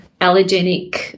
allergenic